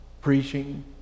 preaching